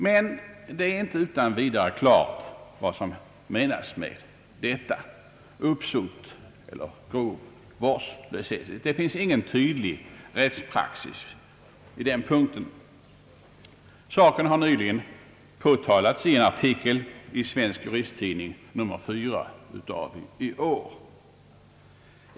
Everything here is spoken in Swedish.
Men det är inte utan vidare klart vad som menas med uppsåt eller grov vårdslöshet. Det finns ingen tydlig rättspraxis om detta. Saken har nyligen påtalats i en artikel i Svensk Juristtidning nr 4 av i år.